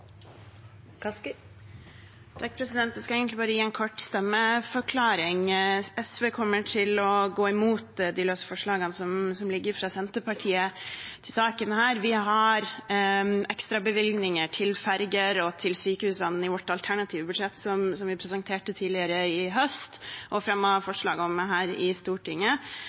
skal egentlig bare gi en kort stemmeforklaring. SV kommer til å gå imot de løse forslagene som foreligger i denne saken, også det fra Senterpartiet. Vi har ekstrabevilgninger til ferger og til sykehus i vårt alternative budsjett som vi presenterte tidligere i høst og fremmet forslag om her i Stortinget.